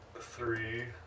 three